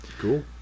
Cool